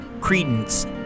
credence